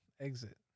exit